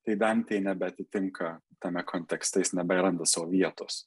tai dantė nebeatitinka tame kontekste jis neberanda savo vietos